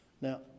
Now